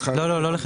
לא.